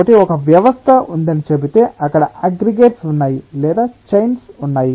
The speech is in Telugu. కాబట్టి ఒక వ్యవస్థ ఉందని చెబితే అక్కడ అగ్రిగేట్స్ ఉన్నాయి లేదా చైన్స్ ఉన్నాయి